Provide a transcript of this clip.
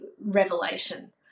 revelation